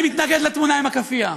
אני מתנגד לתמונה עם הכאפיה,